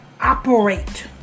operate